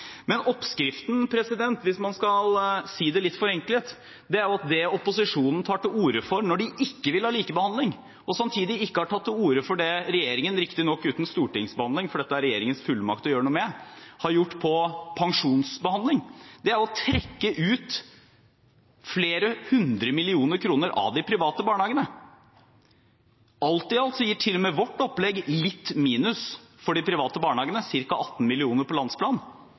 Hvis man skal si det litt forenklet, er det opposisjonen tar til orde for når de ikke vil ha likebehandling, og samtidig ikke har tatt til orde for det regjeringen – riktignok uten stortingsbehandling, for dette er regjeringens fullmakt å gjøre noe med – har gjort med pensjonsbehandling, å trekke ut flere hundre millioner kroner av de private barnehagene. Alt i alt gir til og med vårt opplegg litt minus for de private barnehagene, ca. 18 mill. kr på landsplan.